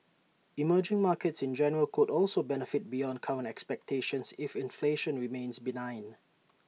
emerging markets in general could also benefit beyond current expectations if inflation remains benign